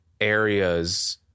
areas